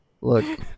Look